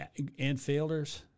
Infielders